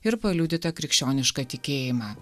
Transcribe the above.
ir paliudytą krikščionišką tikėjimą